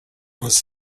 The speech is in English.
was